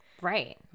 Right